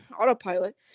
autopilot